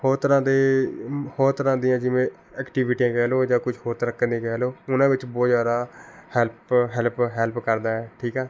ਹੋਰ ਤਰ੍ਹਾਂ ਦੇ ਹੋਰ ਤਰ੍ਹਾਂ ਦੀਆਂ ਜਿਵੇਂ ਐਕਟੀਵਿਟੀਆਂ ਕਹਿ ਲਉ ਜਾਂ ਕੁਛ ਹੋਰ ਤਰੀਕੇ ਦੀਆਂ ਕਹਿ ਲਉ ਉਹਨਾਂ ਵਿੱਚ ਬਹੁਤ ਜ਼ਿਆਦਾ ਹੈਲਪ ਹੈਲਪ ਹੈਲਪ ਕਰਦਾ ਹੈ ਠੀਕ ਹੈ